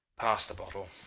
pass the bottle.